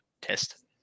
test